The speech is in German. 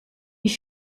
wie